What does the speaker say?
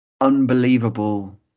unbelievable